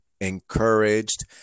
encouraged